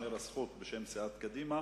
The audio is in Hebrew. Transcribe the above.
תישמר לך הזכות בשם סיעת קדימה,